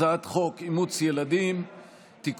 הצעת חוק אימוץ ילדים (תיקון,